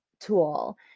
tool